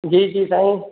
जी जी साईं